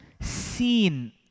seen